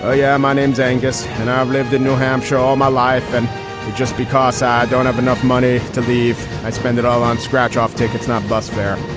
ah yeah. my name's angus. and i've lived in new hampshire all my life. and just because ah i don't have enough money to leave, i spend it all on scratch off tickets, not bus fare.